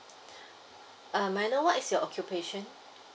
uh may I know what is your occupation